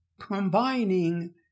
combining